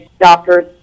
doctor's